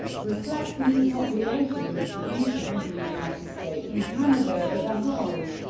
reflecting the population distribution of the united states and canada as a whole,